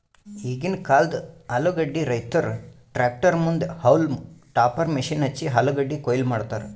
ಈಗಿಂದ್ ಕಾಲ್ದ ಆಲೂಗಡ್ಡಿ ರೈತುರ್ ಟ್ರ್ಯಾಕ್ಟರ್ ಮುಂದ್ ಹೌಲ್ಮ್ ಟಾಪರ್ ಮಷೀನ್ ಹಚ್ಚಿ ಆಲೂಗಡ್ಡಿ ಕೊಯ್ಲಿ ಮಾಡ್ತರ್